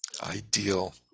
ideal